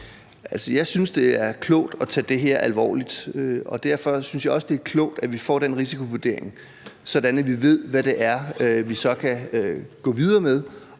jeg synes, det er klogt at tage det her alvorligt, og derfor synes jeg også, det er klogt, at vi får den risikovurdering, sådan at vi ved, hvad det er, vi så kan gå videre med,